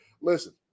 Listen